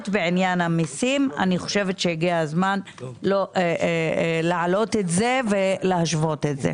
בעניין המיסים אני חושבת שהגיע הזמן להעלות את זה ולהשוות את זה.